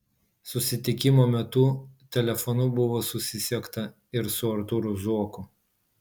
susitikimo metu telefonu buvo susisiekta ir su artūru zuoku